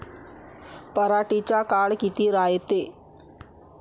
पराटीचा काळ किती रायते?